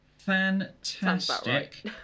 Fantastic